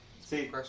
See